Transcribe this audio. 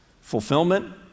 fulfillment